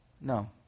no